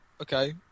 Okay